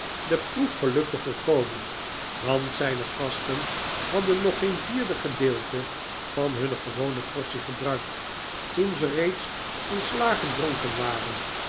de proef gelukte volkomen want zijne gasten hadden nog geen vierde gedeelte van hunne gewone portie gebruikt toen ze reeds volslagen dronken waren